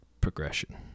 progression